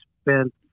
spent